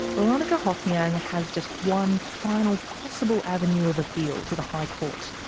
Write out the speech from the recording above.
boronika hothnyang has just one final possible avenue of appeal, to the high court,